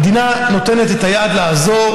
המדינה נותנת את היד לעזור,